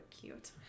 cute